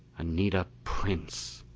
anita prince!